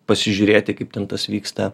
pasižiūrėti kaip ten tas vyksta